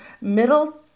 Middle